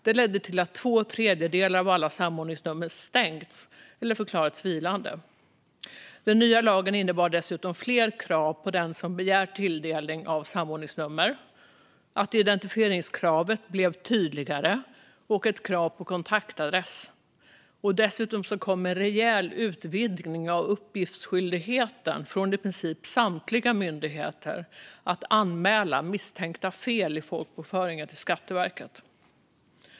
Det betyder att två tredjedelar av alla samordningsnummer stängts eller förklarats vilande. Den nya lagen innebär dessutom fler krav på den som begär tilldelning av samordningsnummer, tydligare identifieringskrav och krav på kontaktadress. Dessutom kom en rejäl utvidgning av uppgiftsskyldigheten för i princip samtliga myndigheter att anmäla misstänkta fel i folkbokföringen till Skatteverket.